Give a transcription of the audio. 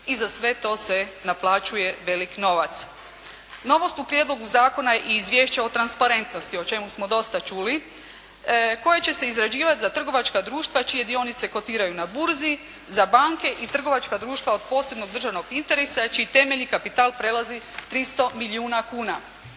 i za sve to se naplaćuje velik novac. Novost u prijedlogu zakona je i izvješće o transparentnosti o čemu smo dosta čuli, koje će se izrađivati za trgovačka društva čije dionice kotiraju na burzi za banke i i trgovačka društva od posebnog državnog interesa čiji temeljni kapital prelazi 300 milijuna kuna.